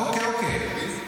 אוקיי, אוקיי.